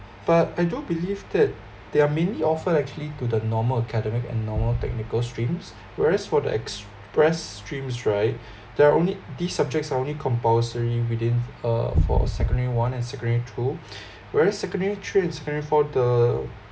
but I do believe that there are many offer actually to the normal academic and normal technical streams whereas for the express streams right there are only these subjects only compulsory within uh for uh secondary one and secondary two whereas secondary three and secondary four the